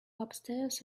upstairs